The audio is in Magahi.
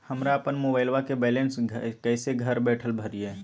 हमरा अपन मोबाइलबा के बैलेंस कैसे घर बैठल भरिए?